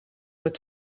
het